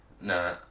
Nah